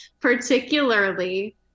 Particularly